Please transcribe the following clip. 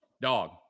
Dog